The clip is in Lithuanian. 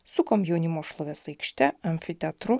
su komjaunimo šlovės aikšte amfiteatru